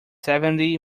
seventy